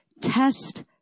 Test